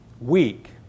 weak